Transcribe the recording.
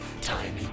tiny